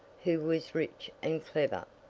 who was rich and clever.